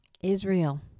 Israel